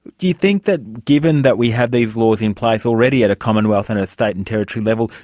do you think that given that we have these laws in place already at a commonwealth and a state and territory level,